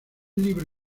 libro